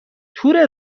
تور